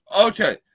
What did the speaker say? Okay